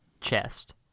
chest